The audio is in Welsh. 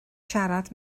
siarad